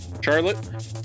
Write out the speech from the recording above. Charlotte